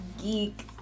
geek